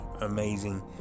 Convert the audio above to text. amazing